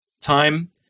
time